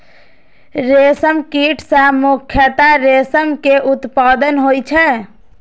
रेशम कीट सं मुख्यतः रेशम के उत्पादन होइ छै